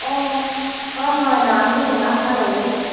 অঁ অঁ হয় নামটো শুনা শুনা লাগিছে